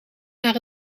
naar